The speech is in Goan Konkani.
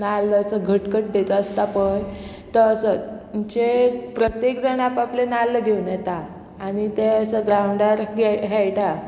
नाल्ल असो घट घट्टेचो आसता पळय तो असो जे प्रत्येक जाण आपले नाल्ल घेवन येता आनी ते असो ग्रावंडार खेळटा